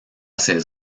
ses